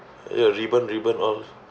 ya